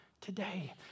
today